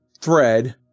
thread